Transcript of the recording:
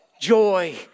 Joy